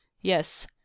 yes